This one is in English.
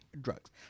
drugs